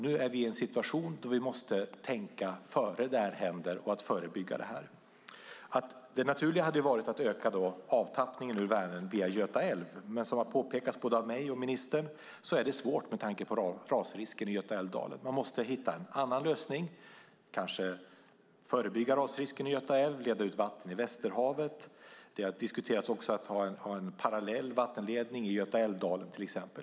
Nu är vi i en situation då vi måste tänka innan detta händer och förebygga det. Det naturliga hade varit att öka avtappningen från Vänern via Göta älv, men som både jag och ministern har påpekat är det svårt med tanke på rasrisken i Götaälvdalen. Man måste hitta en annan lösning. Det kan vara att förebygga rasrisken i Göta älv eller att leda ut vattnet i Västerhavet. En parallell vattenledning i Götaälvdalen har diskuterats.